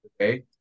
Okay